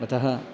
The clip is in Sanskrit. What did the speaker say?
अतः